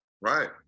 right